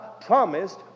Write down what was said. promised